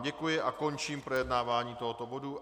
Děkuji vám a končím projednávání tohoto bodu.